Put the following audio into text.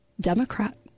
Democrat